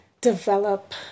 develop